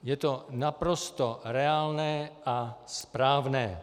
Je to naprosto reálné a správné.